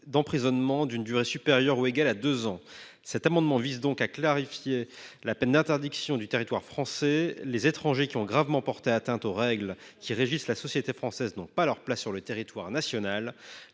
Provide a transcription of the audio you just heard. d’emprisonnement d’une durée supérieure ou égale à deux ans. Cet amendement vise donc à clarifier la peine d’interdiction du territoire français. Les étrangers qui ont gravement porté atteinte aux règles régissant la société française n’ont pas leur place sur le territoire national.